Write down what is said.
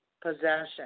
Possession